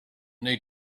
need